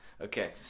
Okay